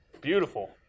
Beautiful